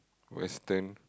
Western